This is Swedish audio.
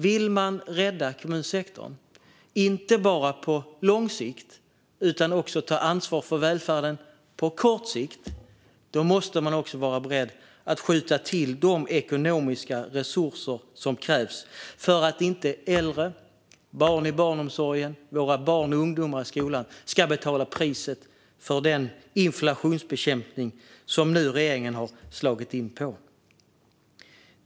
Vill man inte bara rädda kommunsektorn på lång sikt utan också ta ansvar för välfärden på kort sikt måste man också vara beredd att skjuta till de ekonomiska resurser som krävs för att inte våra äldre, barn i barnomsorgen och barn och ungdomar i skolan ska betala priset för den inflationsbekämpning som regeringen nu har slagit in på.